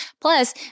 Plus